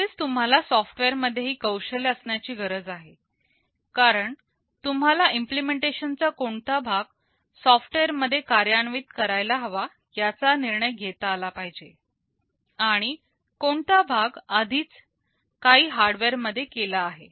तसेच तुम्हाला सॉफ्टवेअरही मध्ये कौशल्य असण्याची गरज आहेकारण तुम्हाला इम्पलेमेंटेशन चा कोणता भाग सॉफ्टवेअर मध्ये कार्यान्वित करायला हवा याचा निर्णय घेता आला पाहिजे आणि कोणता भाग आधीच काही हार्डवेअर मध्ये केला आहे